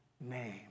name